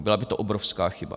Byla by to obrovská chyba.